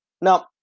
Now